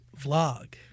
vlog